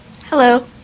hello